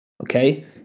okay